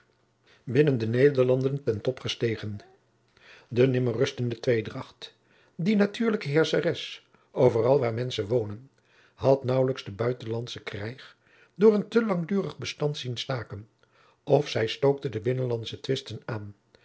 binnen de nederlanden ten top gestegen de nimmer rustende tweedracht die natuurlijke heerscheres overal waar menschen wonen had naauwlijks den buitenlandschen krijg door een te langdurig bestand zien staken of zij stookte de binnenlandsche twisten aan